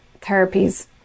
therapies